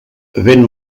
vent